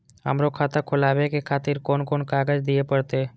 हमरो खाता खोलाबे के खातिर कोन कोन कागज दीये परतें?